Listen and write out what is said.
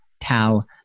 tal